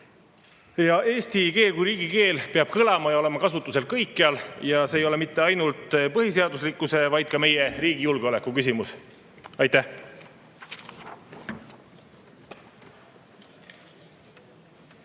Eesti keel kui riigikeel peab kõlama ja olema kasutusel kõikjal. See ei ole mitte ainult põhiseaduslikkuse, vaid ka meie riigi julgeoleku küsimus. Aitäh!